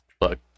Look